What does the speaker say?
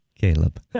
Caleb